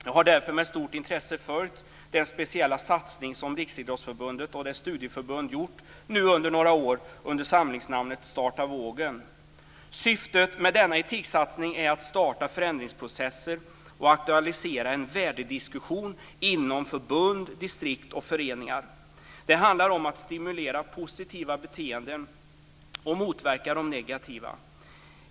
Jag har därför med stort intresse följt den speciella satsning som Riksidrottsförbundet och dess studieförbund nu gjort under några år under samlingsnamnet Starta vågen. Syftet med denna etiksatsning är att starta förändringsprocesser och aktualisera en värdediskussion inom förbund, distrikt och föreningar. Det handlar om att stimulera positiva beteenden och motverka de negativa.